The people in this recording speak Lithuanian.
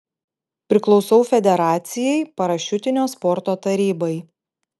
priklausau federacijai parašiutinio sporto tarybai